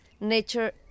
nature